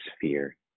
fear